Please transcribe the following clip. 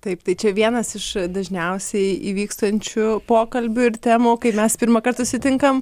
taip tai čia vienas iš dažniausiai įvykstančių pokalbių ir temų kai mes pirmąkart susitinkam